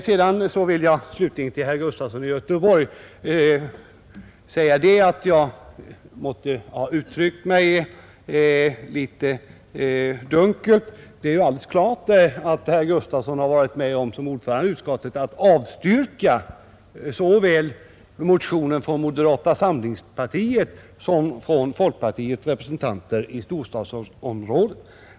Slutligen vill jag till herr Gustafson i Göteborg säga att jag måste ha uttryckt mig litet dunkelt. Det är alldeles klart att herr Gustafson såsom ordförande i utskottet har varit med om att avstyrka såväl motionerna från moderata samlingspartiet som motionerna från folkpartiets representanter i storstadsområdena.